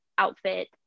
outfit